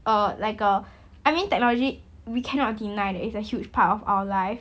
err like uh I mean technology we cannot deny that it's a huge part of our life